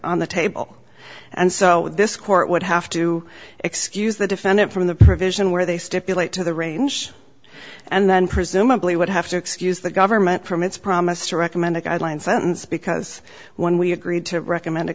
on the table and so this court would have to excuse the defendant from the provision where they stipulate to the range and then presumably would have to excuse the government from its promise to recommend a guideline sentence because when we agreed to recommend a